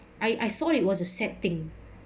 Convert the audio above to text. I I thought it was a sad thing